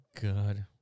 God